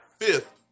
fifth